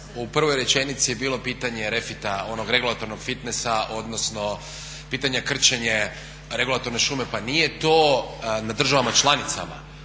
u prvoj rečenici je bilo pitanje refita onog regulatornog fitnesa, odnosno pitanje krčenje regulatorne šume. Pa nije to na državama članicama.